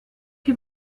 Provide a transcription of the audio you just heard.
que